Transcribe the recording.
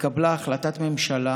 התקבלה החלטת ממשלה